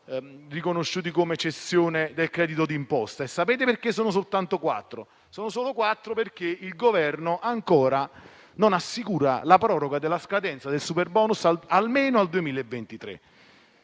riconosciuti come cessione del credito di imposta. Sapete perché sono soltanto quattro? Perché il Governo ancora non assicura la proroga della scadenza del superbonus almeno al 2023.